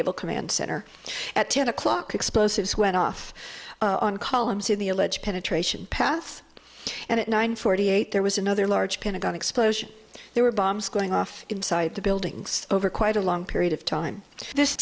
naval command center at ten o'clock explosives went off on columns in the alleged penetration path and at nine forty eight there was another large pentagon explosion there were bombs going off inside the buildings over quite a long period of time this